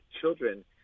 children